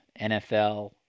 NFL